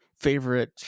favorite